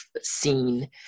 scene